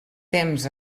temps